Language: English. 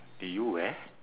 do you wear